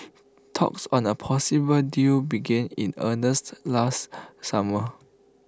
talks on A possible deal began in earnest last summer